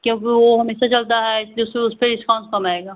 क्योंकि वह हमेशा चलता है इसलिए उस पर डिस्काउंस कम आएगा